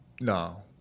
No